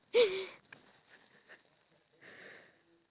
so might as well we explore the whole entire wo~ worl~